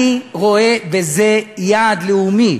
אני רואה בזה יעד לאומי,